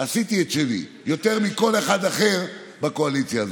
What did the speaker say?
עשיתי את שלי יותר מכל אחד בקואליציה הזאת,